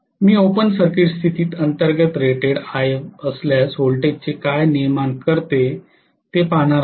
मी open circuit स्थितीत अंतर्गत rated If असल्यास व्होल्टेज काय निर्माण करते ते पाहणार आहे